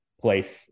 place